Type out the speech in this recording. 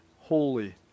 holy